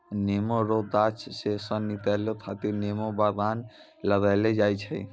नेमो रो गाछ से सन निकालै खातीर नेमो बगान लगैलो जाय छै